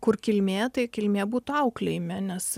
kur kilmė tai kilmė būtų auklėjime nes